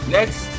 Next